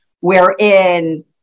wherein